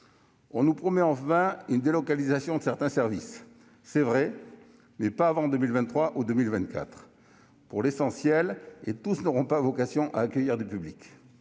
On nous promet enfin la délocalisation de certains services. C'est vrai, mais pas avant 2023 ou 2024 pour l'essentiel, et tous n'auront pas vocation à accueillir du public.